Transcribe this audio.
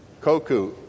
koku